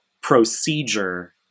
procedure